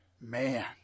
Man